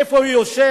איפה הוא יושב,